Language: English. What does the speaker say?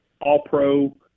all-pro